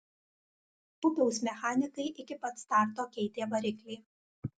pupiaus mechanikai iki pat starto keitė variklį